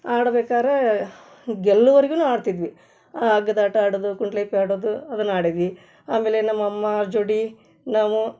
ಆಡ್ಬೇಕಾದ್ರೆ ಗೆಲ್ಲುವರ್ಗೂ ಆಡ್ತಿದ್ವಿ ಹಗ್ಗದ್ ಆಟ ಆಡೋದು ಕುಂಟ್ಲೇಪಿ ಆಡೋದು ಅದನ್ನು ಆಡಿದ್ವಿ ಆಮೇಲೆ ನಮ್ಮ ಅಮ್ಮ ಜೋಡಿ ನಾವು